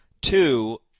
two